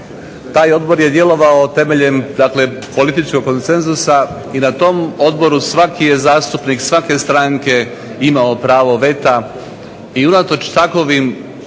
Taj Odbor je djelovao temeljem, dakle političkog konsenzusa i na tom odboru svaki je zastupnik svake stranke imao pravo veta. I unatoč takovim